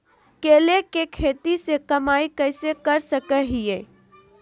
केले के खेती से कमाई कैसे कर सकय हयय?